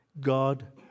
God